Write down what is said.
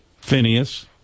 Phineas